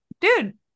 dude